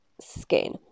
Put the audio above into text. Skin